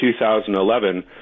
2011